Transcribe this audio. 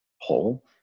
whole